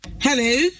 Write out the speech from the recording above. Hello